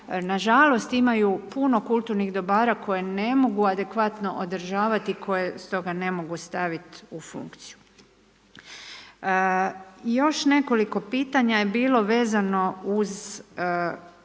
nažalost imaju puno kulturnih dobara koje ne mogu adekvatno održavati, koje stoga ne mogu staviti u funkciju. Još nekoliko pitanja je bilo vezano uz